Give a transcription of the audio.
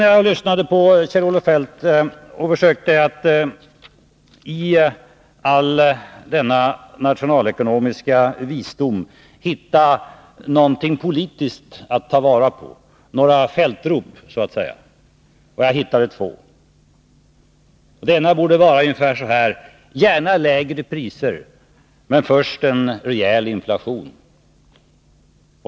När jag lyssnade på Kjell-Olof Feldt försökte jag också att i all denna nationalekonomiska visdom hitta någonting politiskt att ta vara på, några Feldt-rop så att säga. Jag hittade två. Det ena borde lyda ungefär så här: Gärna lägre priser, men först en rejäl inflation.